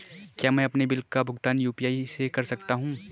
क्या मैं अपने बिल का भुगतान यू.पी.आई से कर सकता हूँ?